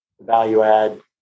value-add